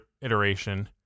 iteration